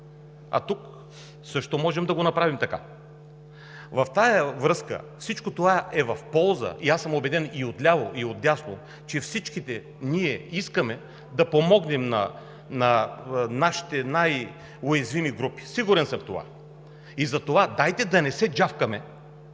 и тук също може да го направим така. В тази връзка, всичко това е от полза и аз съм убеден, че и отляво, и отдясно, че всички ние искаме да помогнем на нашите най-уязвими групи. Сигурен съм в това. Затова дайте да не се джафкаме.